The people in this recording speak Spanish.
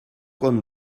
con